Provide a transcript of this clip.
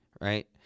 right